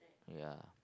ya